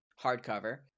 hardcover